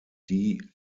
die